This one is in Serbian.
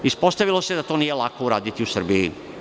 Ispostavilo se da to nije lako uraditi u Srbiji.